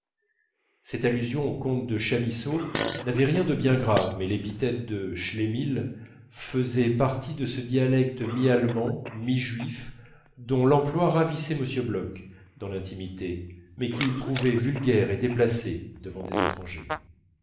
cette allusion au conte de chamisso n'avait rien de bien grave mais l'épithète de schlemihl faisait partie de ce dialecte mi allemand mi juif dont l'emploi ravissait m bloch dans l'intimité mais qu'il trouvait vulgaire et déplacé devant des étrangers